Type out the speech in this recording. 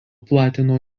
platino